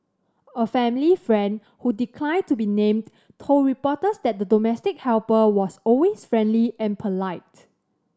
a family friend who declined to be named told reporters that the domestic helper was always friendly and polite